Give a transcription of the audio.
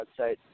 website